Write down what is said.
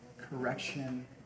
correction